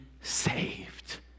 saved